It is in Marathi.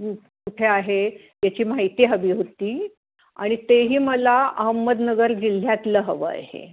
कुठे आहे याची माहिती हवी होती आणि तेही मला अहमदनगर जिल्ह्यातलं हवं आहे